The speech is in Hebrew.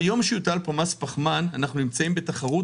ביום שיוטל פה מס פחמן אנחנו נמצאים בתחרות